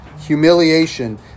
humiliation